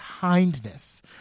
kindness